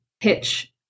pitch